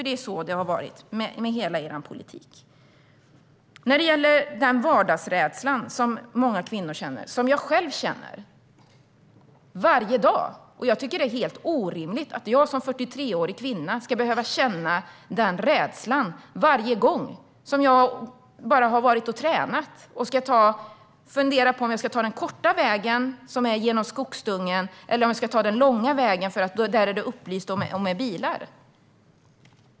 Det är så det har varit med hela er politik. Sedan var det vardagsrädslan som många kvinnor känner - som jag själv känner varje dag. Det är helt orimligt att jag som 43-årig kvinna ska behöva känna den rädslan varje gång jag till exempel har varit och tränat. Jag funderar över om jag ska ta den korta vägen genom skogsdungen eller den långa vägen där det är upplyst och finns bilar.